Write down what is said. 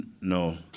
No